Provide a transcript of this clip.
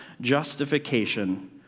justification